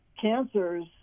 cancers